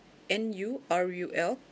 N U R U L